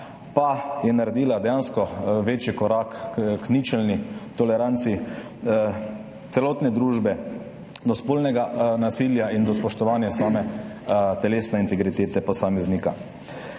pa je naredila dejansko večji korak k ničelni toleranci celotne družbe do spolnega nasilja in do spoštovanja telesne integritete posameznika.